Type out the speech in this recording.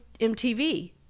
MTV